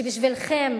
שבשבילכם